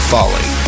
Falling